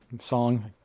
song